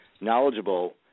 knowledgeable